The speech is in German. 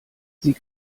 sie